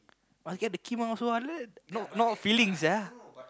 must get the keema also like that not not filling sia